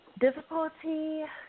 Difficulty